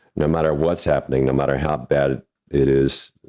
no matter what's happening, no matter how bad it is,